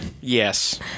Yes